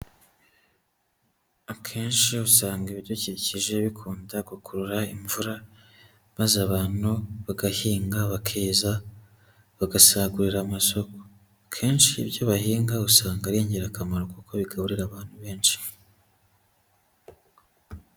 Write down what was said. Akenshi usanga ibidukikije bikunda gukurura imvura, maze abantu bagahinga, bakeza, bagasagurira amasoko. Kenshi ibyo bahinga usanga ari ingirakamaro kuko bigaburira abantu benshi.